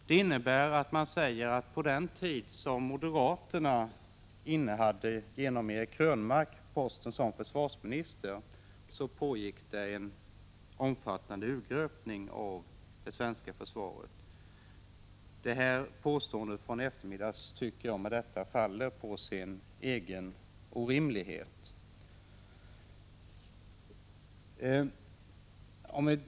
Det innebär att man säger att på den tiden då moderaterna genom Eric Krönmark innehade posten som försvarsminister pågick det en omfattande urgröpning av det svenska försvaret. — Därmed tycker jag att jag har visat att påståendet från i eftermiddags faller på sin egen orimlighet.